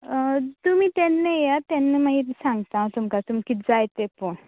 तुमी तेन्ना येयात तेन्ना मागीर सांगता हांव तुमका कितें जाय तें पळोवन